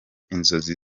inzozi